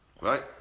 right